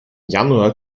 januar